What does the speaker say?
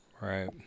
Right